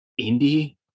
indie